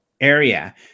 area